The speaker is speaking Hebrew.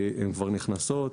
הן כבר נכנסות,